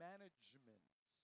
management